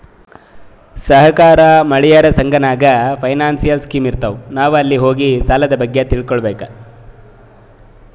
ಸಹಕಾರ, ಮಹಿಳೆಯರ ಸಂಘ ನಾಗ್ನೂ ಫೈನಾನ್ಸಿಯಲ್ ಸ್ಕೀಮ್ ಇರ್ತಾವ್, ನಾವ್ ಅಲ್ಲಿ ಹೋಗಿ ಸಾಲದ್ ಬಗ್ಗೆ ಕೇಳಿ ತಿಳ್ಕೋಬೇಕು